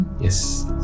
yes